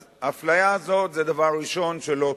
אז האפליה הזאת זה הדבר הראשון שאינו טוב.